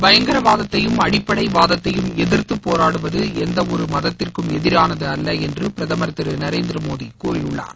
பயங்கரவாதத்தையும் அடிப்படைவாதத்தையும் எதிர்த்து போராடுவது எந்த ஒரு மதத்திற்கும் எதிரானது அல்ல என்று பிரதமர் திரு நரேந்திரமோடி கூறியுள்ளார்